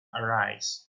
arise